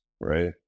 right